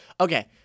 Okay